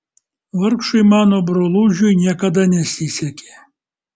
vargšui mano brolužiui niekada nesisekė